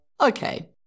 Okay